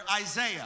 Isaiah